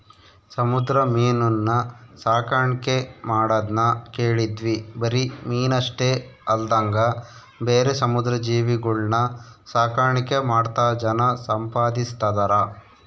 ಸಮುದ್ರ ಮೀನುನ್ನ ಸಾಕಣ್ಕೆ ಮಾಡದ್ನ ಕೇಳಿದ್ವಿ ಬರಿ ಮೀನಷ್ಟೆ ಅಲ್ದಂಗ ಬೇರೆ ಸಮುದ್ರ ಜೀವಿಗುಳ್ನ ಸಾಕಾಣಿಕೆ ಮಾಡ್ತಾ ಜನ ಸಂಪಾದಿಸ್ತದರ